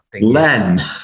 Len